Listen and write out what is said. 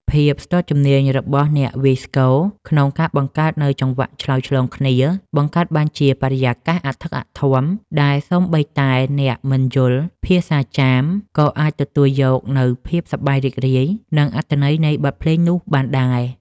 ភាពស្ទាត់ជំនាញរបស់អ្នកវាយស្គរ ក្នុងការបង្កើតនូវចង្វាក់ឆ្លើយឆ្លងគ្នា បង្កើតបានជាបរិយាកាសអធិកអធម ដែលសូម្បីតែអ្នកមិនយល់ភាសាចាម ក៏អាចទទួលយកនូវភាពសប្បាយរីករាយ និងអត្ថន័យនៃបទភ្លេងនោះបានដែរ។